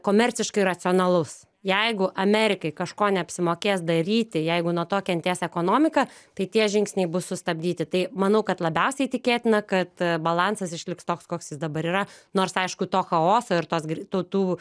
komerciškai racionalus jeigu amerikai kažko neapsimokės daryti jeigu nuo to kentės ekonomika tai tie žingsniai bus sustabdyti tai manau kad labiausiai tikėtina kad balansas išliks toks koks jis dabar yra nors aišku to chaoso ir tos gr tų tų